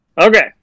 Okay